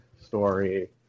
story